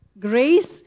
grace